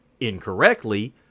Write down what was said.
incorrectly